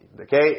Okay